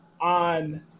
on